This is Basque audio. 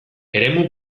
eremu